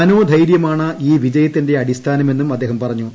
മനോധൈര്യമാണ് ഈ വിജയത്തിന്റെ അടിസ്ഥാനമെന്നും അദ്ദേഹം പറഞ്ഞു